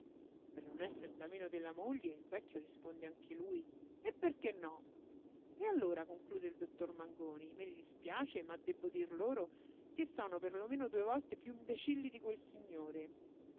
per non esser da meno della moglie il vecchio risponde anche lui e perché no e allora conclude il dottor mangoni me ne dispiace ma debbo dir loro che sono per lo meno due volte piú imbecilli di quel signore